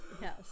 Yes